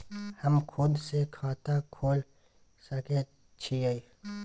हम खुद से खाता खोल सके छीयै?